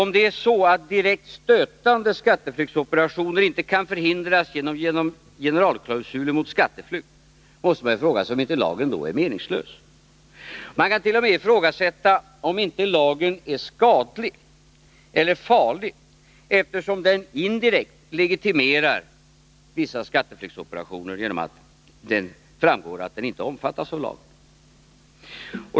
Om det är så att direkt stötande skatteflyktsoperationer inte kan förhindras genom generalklausulen mot skatteflykt, måste man fråga sig om inte lagen är meningslös. Man kant.o.m. ifrågasätta om lagen inte är skadlig eller farlig, eftersom den indirekt legitimerar vissa skatteflyktsoperationer genom att det framgår att dessa inte omfattas av lagen.